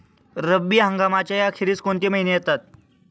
रब्बी हंगामाच्या अखेरीस कोणते महिने येतात?